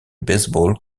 baseball